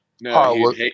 No